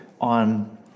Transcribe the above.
on